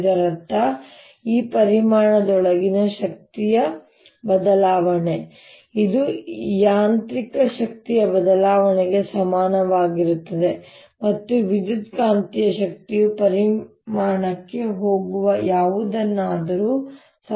ಇದರರ್ಥ ಈ ಪರಿಮಾಣದೊಳಗಿನ ಶಕ್ತಿಯ ಬದಲಾವಣೆ ಇದು ಯಾಂತ್ರಿಕ ಶಕ್ತಿಯ ಬದಲಾವಣೆಗೆ ಸಮಾನವಾಗಿರುತ್ತದೆ ಮತ್ತು ವಿದ್ಯುತ್ಕಾಂತೀಯ ಶಕ್ತಿಯು ಪರಿಮಾಣಕ್ಕೆ ಹೋಗುವ ಯಾವುದನ್ನಾದರೂ ಸಮನಾಗಿರುತ್ತದೆ